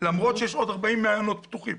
למרות שיש עוד 40 מעיינות פתוחים.